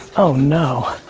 oh no.